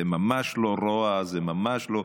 זה ממש לא רוע, ממש לא.